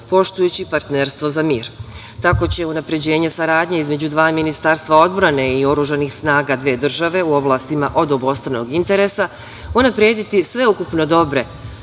poštujući partnerstvo za mir. Tako će unapređenje saradnje između dva Ministarstva odbrane i oružanih snaga dve države u oblastima od obostranog interesa unaprediti sveukupno dobre